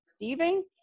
receiving